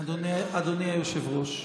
אדוני היושב-ראש,